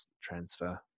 transfer